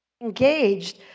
engaged